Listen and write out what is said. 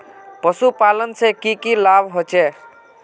पशुपालन से की की लाभ होचे?